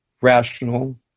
rational